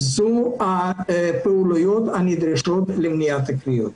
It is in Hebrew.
הפעולות הנדרשות למניעת הכוויות.